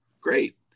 Great